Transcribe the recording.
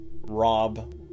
Rob